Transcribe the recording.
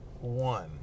one